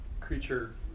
creature